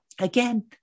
Again